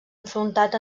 enfrontat